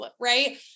right